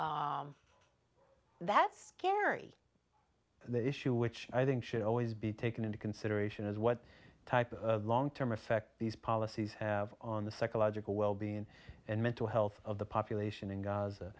bloom's that's scary the issue which i think should always be taken into consideration is what type of long term effect these policies have on the psychological wellbeing and mental health of the population in g